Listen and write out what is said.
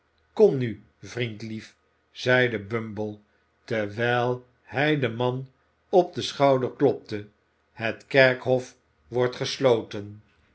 kom nu vriendlief zeide bumble terwijl hij den man op den schouder klopte het kerkhof wordt gesloten